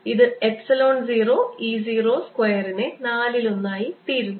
അതിനാൽ ഇത് epsilon 0 E 0 സ്ക്വയറിന്റെ നാലിലൊന്ന് ആയിത്തീരുന്നു